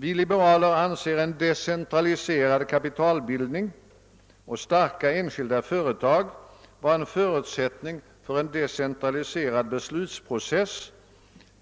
Vi liberaler anser en decentraliserad kapitalbildning och starka enskilda företag vara en förutsättning för en decentraliserad beslutsprocess